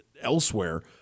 elsewhere